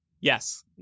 Yes